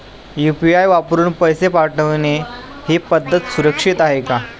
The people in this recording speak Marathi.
यु.पी.आय वापरून पैसे पाठवणे ही पद्धत सुरक्षित आहे का?